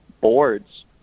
boards